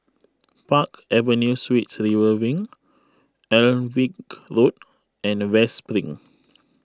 Park Avenue Suites River Wing Alnwick Road and West Spring